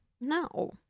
No